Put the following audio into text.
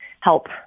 help